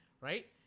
right